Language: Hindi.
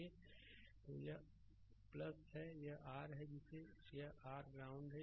स्लाइड समय देखें 0826 तो यह a है यह r है जिसे यह r ग्राउंड है